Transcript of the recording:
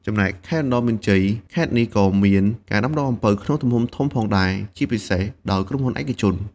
ចំណែកខេត្តឧត្តរមានជ័យ ខេត្តនេះក៏មានការដាំដុះអំពៅក្នុងទំហំធំផងដែរ ជាពិសេសដោយក្រុមហ៊ុនឯកជន។